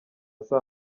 saa